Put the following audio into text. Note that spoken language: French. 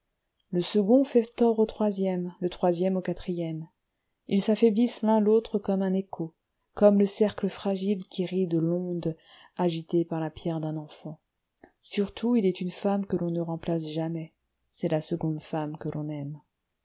le second fait tort au troisième le troisième au quatrième ils s'affaiblissent l'un l'autre comme un écho comme le cercle fragile qui ride l'onde agitée par la pierre d'un enfant surtout il est une femme que l'on ne remplace jamais c'est la seconde femme que l'on aime